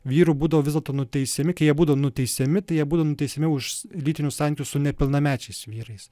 vyrų būdavo vis dėlto nuteisiami kai jie būdavo nuteisiami tai jie būdavo nuteisiami už lytinius santykius su nepilnamečiais vyrais